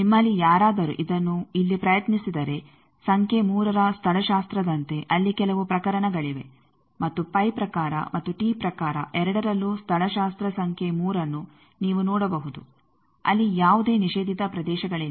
ನಿಮ್ಮಲ್ಲಿ ಯಾರಾದರೂ ಇದನ್ನು ಇಲ್ಲಿ ಪ್ರಯತ್ನಿಸಿದರೆ ಸಂಖ್ಯೆ 3ರ ಸ್ಥಳಶಾಸ್ತ್ರದಂತೆ ಅಲ್ಲಿ ಕೆಲವು ಪ್ರಕರಣಗಳಿವೆ ಮತ್ತು ಪೈ ಪ್ರಕಾರ ಮತ್ತು ಟಿ ಪ್ರಕಾರ ಎರಡರಲ್ಲೂ ಸ್ಥಳಶಾಸ್ತ್ರ ಸಂಖ್ಯೆ 3ಅನ್ನು ನೀವು ನೋಡಬಹುದು ಅಲ್ಲಿ ಯಾವುದೇ ನಿಷೇಧಿತ ಪ್ರದೇಶಗಳಿಲ್ಲ